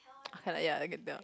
okay lah ya I can tell